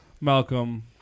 malcolm